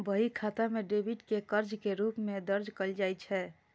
बही खाता मे डेबिट कें कर्ज के रूप मे दर्ज कैल जाइ छै